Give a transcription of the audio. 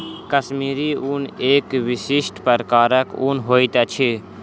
कश्मीरी ऊन एक विशिष्ट प्रकारक ऊन होइत अछि